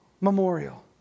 memorial